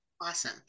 awesome